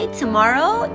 tomorrow